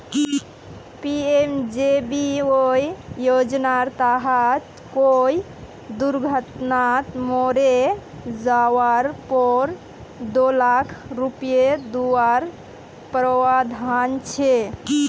PMJBY योज्नार तहत कोए दुर्घत्नात मोरे जवार पोर दो लाख रुपये दुआर प्रावधान छे